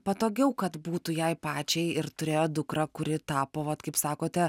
patogiau kad būtų jai pačiai ir turėjo dukrą kuri tapo vat kaip sakote